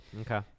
Okay